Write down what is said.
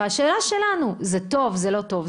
השאלה שלנו: זה טוב או לא טוב?